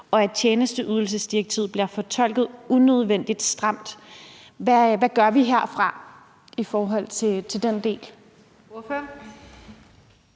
og at tjenesteydelsesdirektivet bliver fortolket unødvendig stramt. Hvad gør vi herfra i forhold til den del?